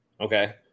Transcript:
Okay